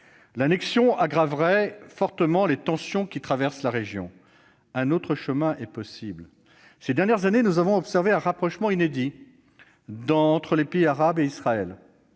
L'annexion aggraverait fortement les tensions qui traversent la région. Un autre chemin est possible. Ces dernières années, nous avons observé un rapprochement inédit entre les pays arabes et Israël.